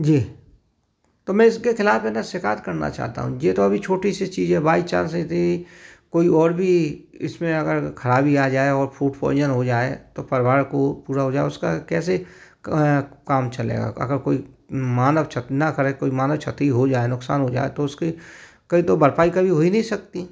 जी तो मैं इसके खिलाफ है ना शिकायत करना चाहता हूँ ये तो अभी छोटी सी चीज है बाई चांस यदि कोई और भी इसमें अगर खराबी आ जाए और फूड प्वाइजन हो जाए तो परिवार को पूरा हो जाए उसका कैसे अ काम चलेगा अगर कोई मानो चेक ना करें मानो क्षति हो जाए नुकसान हो जाए तो उसके कभी तो भरपाई कभी हो ही नहीं सकती